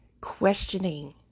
questioning